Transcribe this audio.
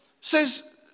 says